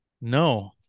no